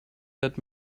that